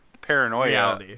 paranoia